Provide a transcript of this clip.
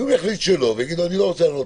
אם הוא יחליט שלא ויגיד שהוא לא רוצה לענות